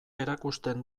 erakusten